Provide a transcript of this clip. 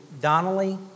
Donnelly